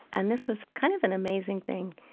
and this was kind of an amazing thing.